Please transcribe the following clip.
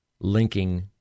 linking